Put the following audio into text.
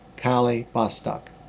kylie bostock.